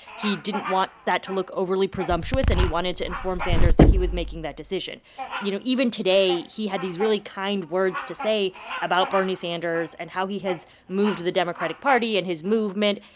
he didn't want that to look overly presumptuous, and he wanted to inform sanders that he was making that decision you know, even today he had these really kind words to say about bernie sanders and how he has moved the democratic party in his movement.